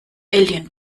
alien